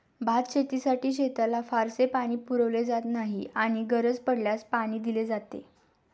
भातशेतीसाठी शेताला फारसे पाणी पुरवले जात नाही आणि गरज पडल्यास पाणी दिले जाते